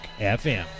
FM